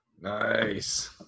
Nice